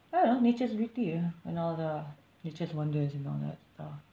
I don't know nature's beauty ah and all the nature's wonders and all that stuff